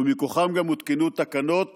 ומכוחם גם הותקנו תקנות